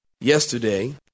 Yesterday